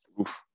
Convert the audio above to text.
Oof